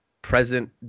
present